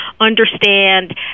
understand